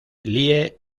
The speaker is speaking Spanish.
lie